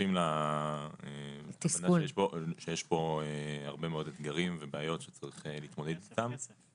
שותפים להבנה שיש פה הרבה מאוד אתגרים ובעיות שצריך להתמודד איתן.